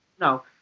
No